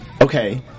Okay